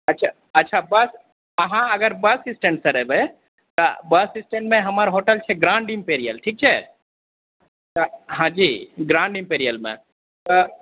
अच्छा अच्छा बस अहाँ अगर बस स्टैण्ड सर अयबै तऽ बस स्टैण्ड मे हमर होटल छै ग्राण्ड एमपेरियल ठीक छै तऽ हँ जी ग्राण्ड एमपेरियल मे तऽ